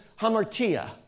hamartia